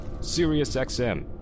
SiriusXM